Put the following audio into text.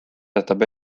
jätab